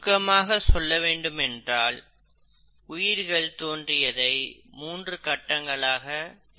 சுருக்கமாக சொல்ல வேண்டுமென்றால் உயிர்கள் தோன்றியதை மூன்று கட்டங்களாக பிரிக்கலாம்